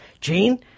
Gene